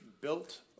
built